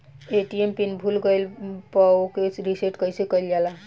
ATM pin भूल गईल पर ओके रीसेट कइसे कइल जाला?